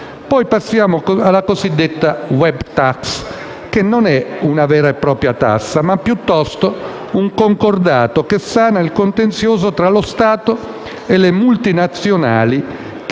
Passiamo poi alla cosiddetta*web* *tax*, che non è una vera e propria tassa, ma piuttosto un concordato che sana il contenzioso tra lo Stato e le multinazionali